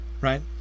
right